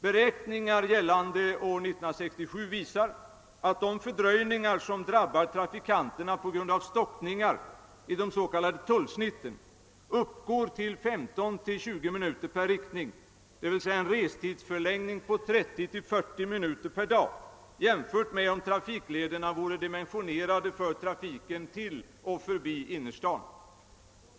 Beräkningar gällande år 1967 visar att de fördröjningar som drabbar trafikanterna på grund av stockningar i de s.k. tullavsnitten uppgår till 15—20 minuter i vardera riktningen, vilket motsvarar en restidsförlängning av 30—40 minuter per dag i förhållande till vad som skulle vara fallet om trafiklederna vore dimensionerade för trafiken till och förbi innerstaden.